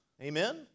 Amen